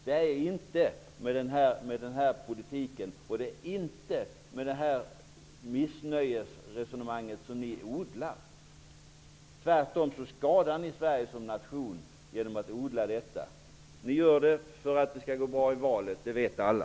Det gör vi inte med er politik och det missnöjesresonemanget som ni odlar. Ni skadar tvärtom Sverige som nation genom att odla detta. Ni gör det för att det skall gå bra i valet. Det vet alla.